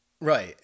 Right